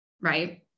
right